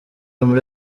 muri